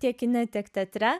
tiek kine tiek teatre